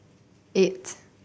eight